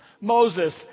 Moses